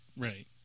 Right